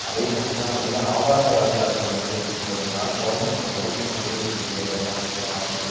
அதே சமயத்தில் நிறைய ஆபாச வலைத்தளங்கள் வந்து பெருகிட்டு வரதினால கொழந்தைங்கக்கிட்ட மொபைல் கொடுக்குறதே ஒரு பெரிய பயமான விஷியமா இருக்குது